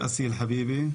אז תרשו לי, בבקשה.